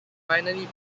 finally